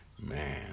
man